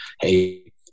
hey